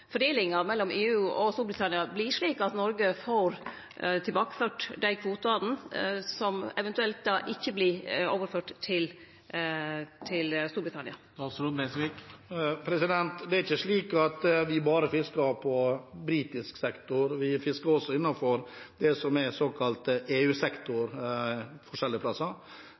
fordelinga mellom EU og Storbritannia vert slik at Noreg får tilbakeført dei kvotane som eventuelt ikkje vert overførte til Storbritannia? Det er ikke slik at vi bare fisker på britisk sektor; vi fisker også innenfor det som er